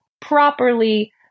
properly